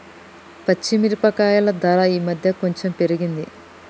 పచ్చి మిరపకాయల ధర ఈ మధ్యన కొంచెం పెరిగింది